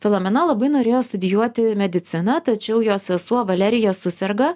filomena labai norėjo studijuoti mediciną tačiau jos sesuo valerija suserga